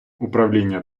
управління